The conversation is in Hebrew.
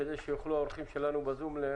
כדי שיוכלו האורחים שלנו בזום להתייחס?